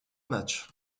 matchs